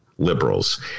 liberals